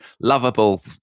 lovable